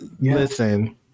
listen